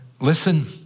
listen